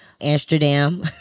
Amsterdam